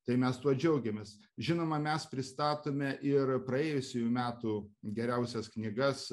tai mes tuo džiaugiamės žinoma mes pristatome ir praėjusiųjų metų geriausias knygas